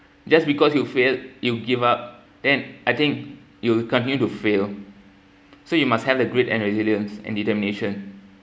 just because you failed you give up then I think you will continue to fail so you must have the grit and resilience and determination